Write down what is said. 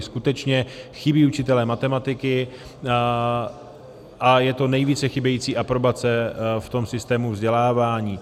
Skutečně chybí učitelé matematiky a je to nejvíce chybějící aprobace v tom systému vzdělávání.